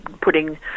putting